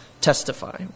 Testify